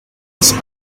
its